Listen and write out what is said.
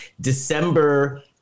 December